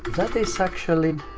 that is actually